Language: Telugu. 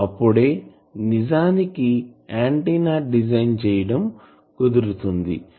అప్పుడే నిజానికి ఆంటిన్నా డిజైన్ చేయటం కుదురుతుంది